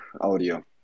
audio